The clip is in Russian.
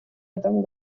этом